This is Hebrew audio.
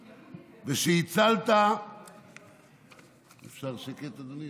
ושהצלת, אפשר שקט, אדוני?